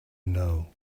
know